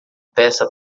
peça